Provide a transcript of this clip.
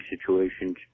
situations